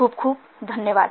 खूप खूप धन्यवाद